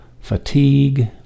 fatigue